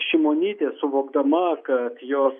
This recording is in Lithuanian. šimonytė suvokdama kad jos